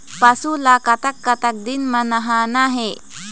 पशु ला कतक कतक दिन म नहाना हे?